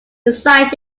designed